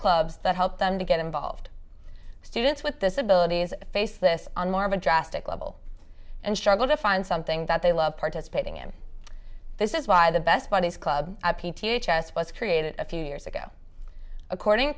clubs that help them to get involved students with disabilities face this on more of a drastic level and struggle to find something that they love participating and this is why the best buddies club t h s was created a few years ago according